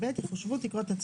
איך נכנס.